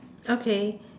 okay